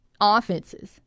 offenses